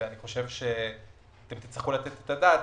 ואני חושב שתצטרכו לתת עליו את הדעת,